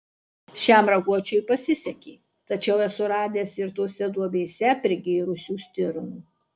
šiam raguočiui pasisekė tačiau esu radęs ir tose duobėse prigėrusių stirnų